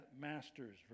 masters